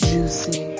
Juicy